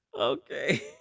Okay